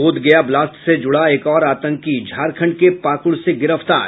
Bodhgaya blast से जुड़ा एक और आतंकी झारखंड के पाकुड़ से गिरफ्तार